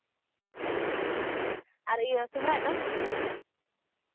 ᱚ ᱟᱨ ᱤᱭᱟᱹ ᱥᱚᱨᱦᱟᱭ ᱫᱚ